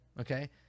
okay